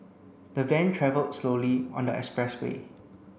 the van travelled slowly on the expressway